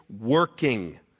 working